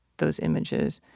those images.